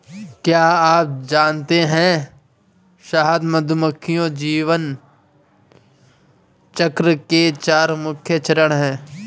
क्या आप जानते है शहद मधुमक्खी जीवन चक्र में चार मुख्य चरण है?